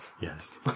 yes